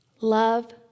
Love